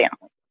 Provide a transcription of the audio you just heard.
family